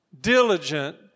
diligent